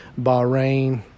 Bahrain